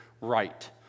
right